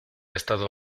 estado